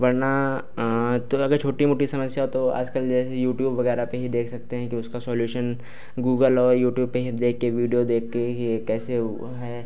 वरना तो अगर छोटी मोटी समस्या हो तो आज कल जैसे यूट्यूब वगैरह पे ही देख सकते हैं कि उसका सॉल्यूशन गूगल और यूट्यूब पे ही देख के वीडियो देख के ही ये कैसे हुआ है